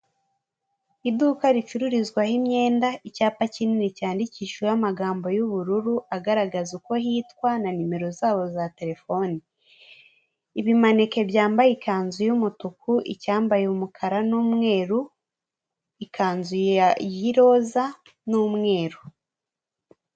Iduka ricururizwaho imyenda, icyapa kinini cyandikishiho amagambogambo y'ubururu agaragaza uko hitwa na numero zabo za terefone, ibimanike byambaye ikanzu y'umutuku, icyambaye umukara n'umweru ikanzu ya y'iroza n'umweru.